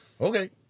okay